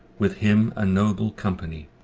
with him a noble company